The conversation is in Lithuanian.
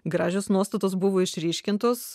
gražios nuostatos buvo išryškintos